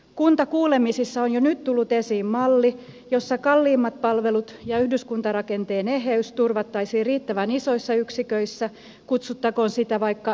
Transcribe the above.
kuntakuulemisissa on jo nyt tullut esiin malli jossa kalliimmat palvelut ja yhdyskuntarakenteen eheys turvattaisiin riittävän isoissa yksiköissä kutsuttakoon niitä vaikka emäpitäjiksi